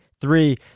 three